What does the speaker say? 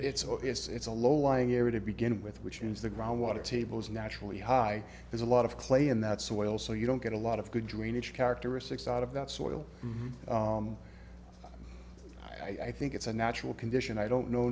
at it so it's a low lying area to begin with which means the groundwater table is naturally high there's a lot of clay in that soil so you don't get a lot of good drainage characteristics out of that soil i think it's a natural condition i don't know